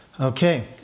Okay